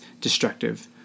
destructive